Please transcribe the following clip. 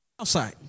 outside